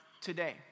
today